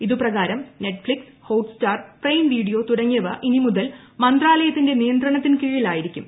ഇതു പ്രകാരം Netflix Hotstar prime video തുടങ്ങിയവ ഇനി മുതൽ മന്ത്രാലയത്തിന്റെ നിയന്ത്രണത്തിൻകീഴിൽ ആയിരിക്കും